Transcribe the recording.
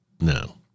No